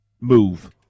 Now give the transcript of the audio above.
move